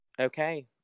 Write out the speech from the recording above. okay